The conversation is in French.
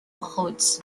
rhodes